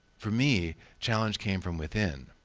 for me, challenge came from within.